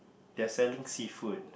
they're selling seafood